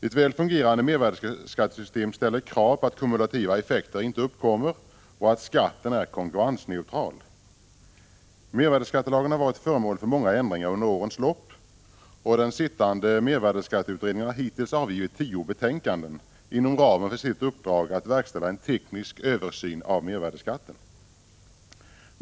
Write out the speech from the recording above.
Ett väl fungerande mervärdeskattesystem ställer krav på att kumulativa effekter inte uppkommer och att skatten är konkurrensneutral. Mervärdeskattelagen har varit föremål för många ändringar under årens lopp. Den sittande mervärdeskatteutredningen har hittills avgivit tio betänkanden inom ramen för sitt uppdrag att verkställa en teknisk översyn av mervärdeskatten.